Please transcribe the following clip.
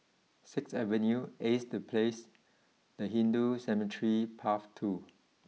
sixth Avenue Ace the place and Hindu Cemetery Path two